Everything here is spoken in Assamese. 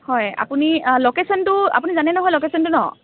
হয় আপুনি লকেশ্যনটো আপুনি জানেই নহয় লকেশ্যনটো ন